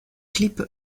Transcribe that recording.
clips